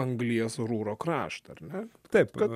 anglies rūro kraštą ar ne taip kad